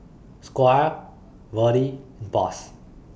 Squire Verdie and Boss